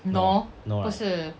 no no right